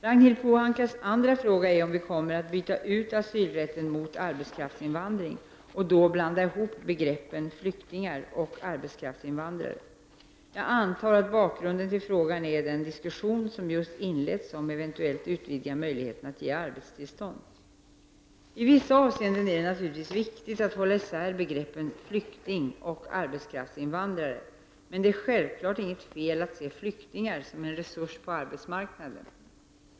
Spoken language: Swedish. Ragnhild Pohankas andra fråga är om vi kommer att byta ut asylrätten mot arbetskraftsinvandring och då blanda ihop begreppen flyktingar och arbetskraftsinvandrare. Jag antar att bakgrunden till frågan är den diskussion som just inletts om att eventuellt utvidga möjligheterna att ge arbetstillstånd. I vissa avseenden är det naturligtvis viktigt att hålla isär begreppen flykting och arbetskraftsinvandrare. Men det är självfallet inget fel att se flyktingar som en resurs på arbetsmarknaden.